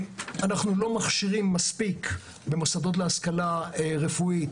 אנחנו לא מכשירים מספיק את הסגלים הרפואיים במוסדות להשכלה רפואית,